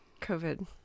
COVID